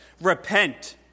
repent